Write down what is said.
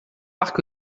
parc